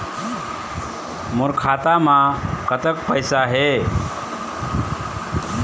मोर खाता म कतक पैसा हे?